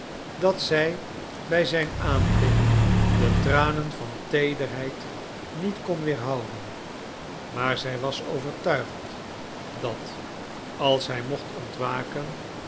dat zij bij zijn aanblik de tranen van teederheid niet kon weerhouden maar zij was overtuigd dat als hij mocht ontwaken